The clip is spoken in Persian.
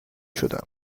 شدم